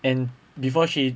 and before she